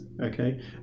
okay